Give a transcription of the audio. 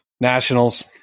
Nationals